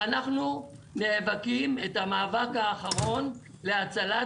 ואנחנו נאבקים את המאבק האחרון להצלת